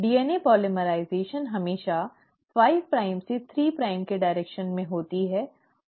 DNA polymerization हमेशा 5 prime से 3 prime की दिशा में होती है